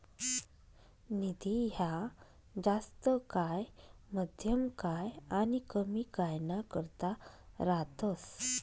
निधी ह्या जास्त काय, मध्यम काय आनी कमी काय ना करता रातस